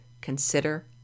consider